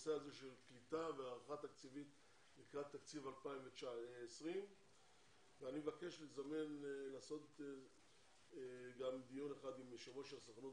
לנושא הזה של קליטה והערכה תקציבית לקראת תקציב 2020. אני מבקש לעשות גם דיון אחד עם יושב-ראש הסוכנות.